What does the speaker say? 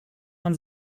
man